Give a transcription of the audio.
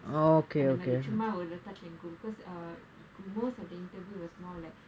அந்த மாதிரி சும்மா ஒரு:antha maathiri chumma oru touch and go because uh most of the interview was more like